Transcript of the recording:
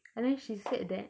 and then she said that